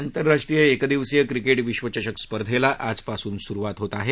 आंतर्राष्ट्रीय एकदिवसीय क्रिकेट विश्वचषक स्पर्धेला आजपासून सुरुवात होत आहे